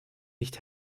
nicht